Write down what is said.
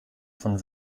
von